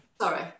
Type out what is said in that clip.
Sorry